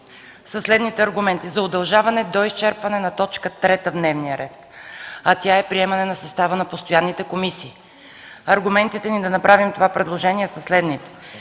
на работното време днес до изчерпване на точка трета от дневния ред, а тя е приемане на състава на постоянните комисии. Аргументите ни да направим това предложение са следните.